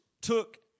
took